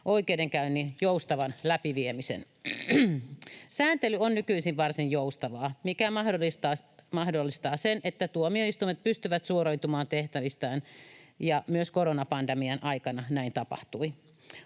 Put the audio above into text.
oikeudenkäynnin joustavan läpiviemisen. Sääntely on nykyisin varsin joustavaa, mikä mahdollistaa sen, että tuomioistuimet pystyvät suoriutumaan tehtävistään, ja myös koronapandemian aikana näin tapahtui.